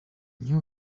new